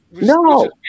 No